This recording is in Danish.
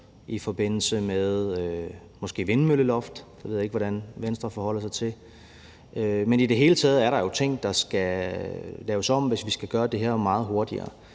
i forbindelse med vindmølleloftet – det ved jeg ikke hvordan Venstre forholder sig til. Men i det hele taget er der jo ting, der skal laves om, hvis vi skal gøre det her meget hurtigere.